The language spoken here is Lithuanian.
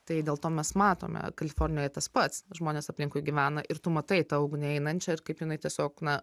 tai dėl to mes matome kalifornijoje tas pats žmonės aplinkui gyvena ir tu matai tą ugnį einančią ir kaip jinai tiesiog na